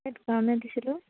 কাৰণে দিছিলোঁ